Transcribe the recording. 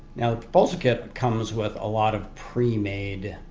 now the proposal kit comes with a lot of pre-made